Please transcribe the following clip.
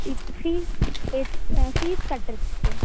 இப்போ ஃபீஸ் ஆ ஃபீஸ் கட்டுறதுக்கு சார்